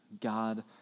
god